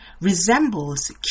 resembles